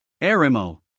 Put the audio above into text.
Arimo